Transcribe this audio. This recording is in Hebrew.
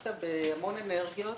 שנכנסת בהמון אנרגיות